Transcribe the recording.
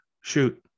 Shoot